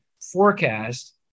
forecast